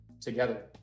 together